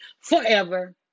forever